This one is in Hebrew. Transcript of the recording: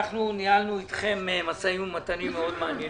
אנחנו ניהלנו אתכם משאים ומתנים מאוד מעניינים.